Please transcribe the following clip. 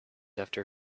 after